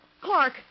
Clark